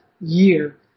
year